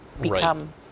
become